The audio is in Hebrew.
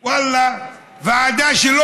ואללה,